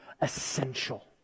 essential